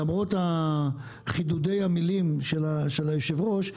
למרות חידודי המילים של יושב הראש,